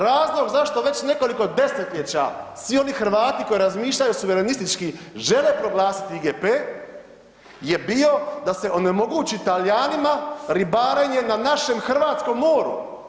Razlog zašto već nekoliko desetljeća svi oni Hrvati koji razmišljaju suverenistički žele proglasiti IGP je bio da se onemogući Talijanima ribarenje na našem hrvatskom moru.